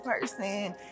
person